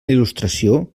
il·lustració